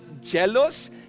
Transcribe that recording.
jealous